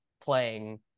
playing